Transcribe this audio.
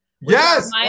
yes